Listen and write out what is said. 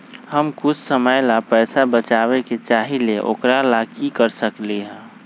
हम कुछ समय ला पैसा बचाबे के चाहईले ओकरा ला की कर सकली ह?